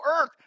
earth